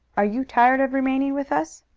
are you tired of remaining with us?